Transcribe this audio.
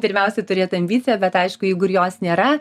pirmiausiai turėt ambiciją bet aišku jeigu ir jos nėra